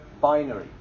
binary